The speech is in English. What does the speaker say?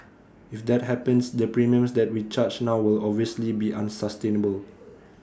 if that happens the premiums that we charge now will obviously be unsustainable